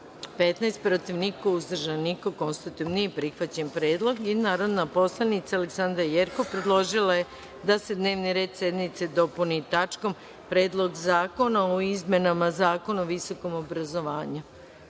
15, protiv – niko, uzdržanih – nema. Konstatujem da nije prihvaćen predlog. Narodna poslanica Aleksandra Jerkov predložila je da se dnevni red sednice dopuni tačkom – Predlog zakona o izmenama Zakona o visokom obrazovanju. Izvolite.